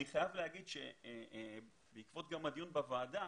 אני חייב להגיד שבעקבות הדיון בוועדה,